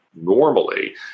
normally